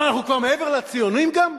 אבל אנחנו כבר מעבר לציונים גם?